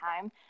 time